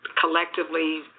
collectively